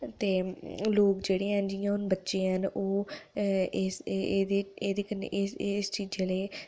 ते लोक जेह्ड़े हैन बच्चे हैन ओह् एह्दे कन्नै इस चीजे दे